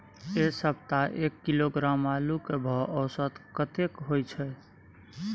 ऐ सप्ताह एक किलोग्राम आलू के भाव औसत कतेक होय छै?